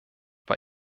war